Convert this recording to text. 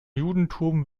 judentum